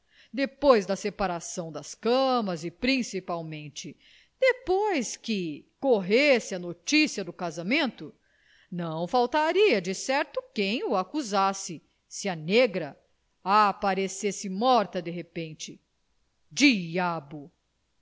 depois da separação das camas e principalmente depois que corresse a noticia do casamento não faltaria decerto quem o acusasse se a negra aparecesse morta de repente diabo